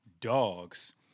dogs